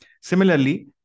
Similarly